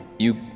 you